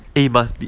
eh must be